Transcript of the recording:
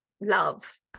love